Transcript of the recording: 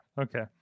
okay